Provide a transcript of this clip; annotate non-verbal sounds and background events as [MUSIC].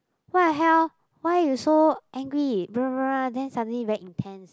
what the hell why you so angry [NOISE] then suddenly very intense